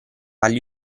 agli